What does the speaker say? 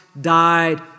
died